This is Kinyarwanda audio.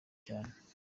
cyane